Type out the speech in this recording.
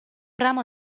ramo